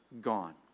gone